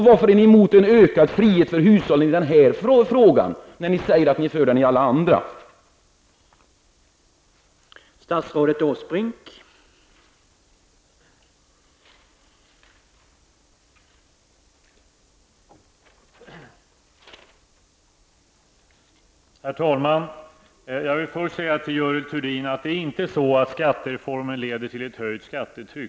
Varför är ni emot en ökad frihet för hushållen i det här fallet, när ni säger att ni förespråkar en ökad frihet i alla andra fall?